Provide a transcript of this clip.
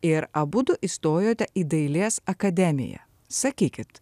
ir abudu įstojote į dailės akademiją sakykit